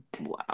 Wow